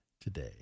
today